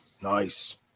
nice